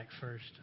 first